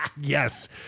Yes